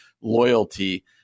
loyalty